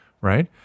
right